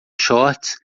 shorts